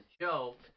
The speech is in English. joke